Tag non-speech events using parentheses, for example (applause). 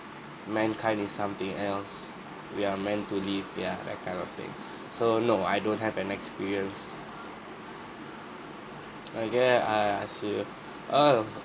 mankind is something else we are meant to live ya that kind of thing (breath) so no I don't have an experience okay err I see you oh